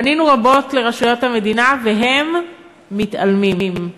פנינו רבות לרשויות המדינה, והם, מתעלמים.